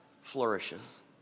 flourishes